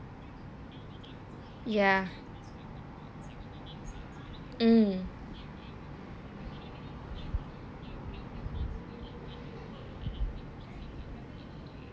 ya mm